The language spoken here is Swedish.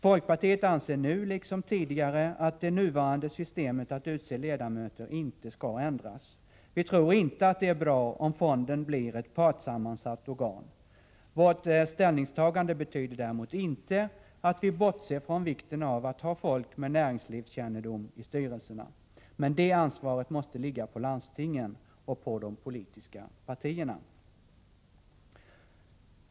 Folkpartiet anser i dag, liksom tidigare, att det nuvarande systemet att utse ledamöter inte skall ändras. Vi tror inte att det är bra om fonden blir ett partssammansatt organ. Vårt ställningstagande betyder däremot inte att vi bortser från vikten av att ha folk med näringslivskännedom i styrelserna. Men det ansvaret måste ligga på landstingen och på de politiska partierna.